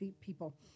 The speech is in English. people